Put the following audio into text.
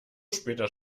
später